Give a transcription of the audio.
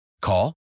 Call